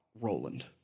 Roland